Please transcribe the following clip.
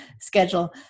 schedule